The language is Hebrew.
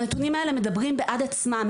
הנתונים האלה מדברים בעד עצמם,